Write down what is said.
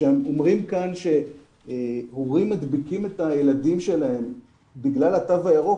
כשאומרים כאן שהורים מדביקים את הילדים שלהם בגלל התו הירוק,